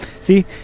See